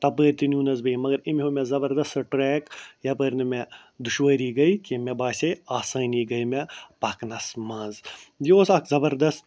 تَپٲرۍ تہِ نیونَس بہٕ أمۍ مگر أمۍ ہٲو مےٚ زبردَس سُہ ٹریک یَپٲرۍ نہٕ مےٚ دُشوٲری گٕے کیٚنہہ مےٚ باسیے آسٲنی گٕے مےٚ پَکنَس منٛز یہِ اوس اَکھ زبردَس